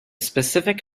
specific